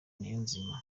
niyonzima